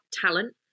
talent